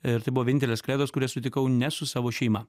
ir tai buvo vienintelės kalėdos kurias sutikau ne su savo šeima